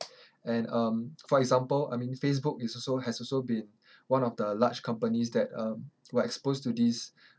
and um for example I mean facebook is also has also been one of the large companies that um were exposed to these